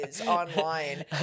online